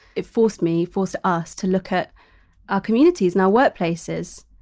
it forced me forced us to look at our communities and our workplaces.